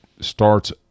starts